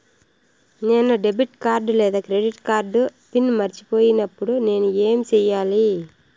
నేను debit card లేదా credit card PIN మర్చిపోయినప్పుడు నేను ఏమి సెయ్యాలి?